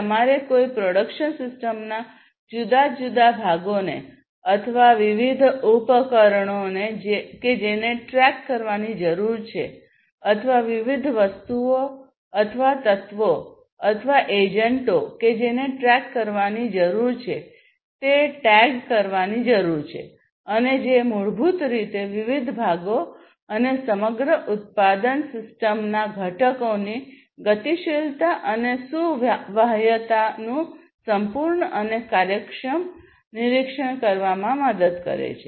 તમારે કોઈ પ્રોડક્શન સિસ્ટમના જુદા જુદા ભાગોને અથવા વિવિધ ઉપકરણોને કે જેને ટ્રેક કરવાની જરૂર છે અથવા વિવિધ વસ્તુઓ અથવા તત્વો અથવા એજન્ટો કે જેને ટ્રેક કરવાની જરૂર છે તે ટેગ કરવાની જરૂર છે અને જે મૂળભૂત રીતે વિવિધ ભાગો અને સમગ્ર ઉત્પાદન સિસ્ટમના ઘટકોની ગતિશીલતા અને સુવાહ્યતાનું સંપૂર્ણ અને કાર્યક્ષમ નિરીક્ષણ કરવામાં મદદ કરે છે